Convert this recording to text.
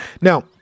now